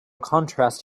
contrast